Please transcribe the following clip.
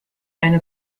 eine